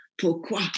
pourquoi